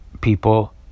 people